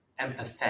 empathetic